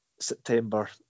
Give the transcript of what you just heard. September